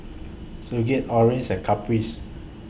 Sigurd Orson and Caprice